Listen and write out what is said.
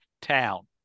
town